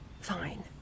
Fine